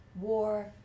war